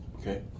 okay